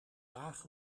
laag